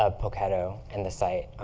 ah poketo and the site.